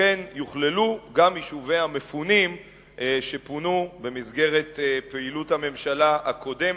לכן יוכללו גם יישובי המפונים שפונו במסגרת פעילות הממשלה הקודמת,